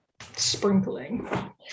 sprinkling